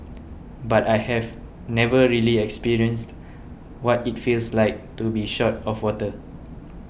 but I have never really experienced what it feels like to be short of water